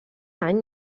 any